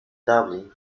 dublin